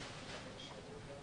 אבל אם לא נאשר את זה,